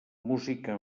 música